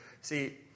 See